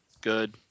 Good